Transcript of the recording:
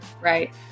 right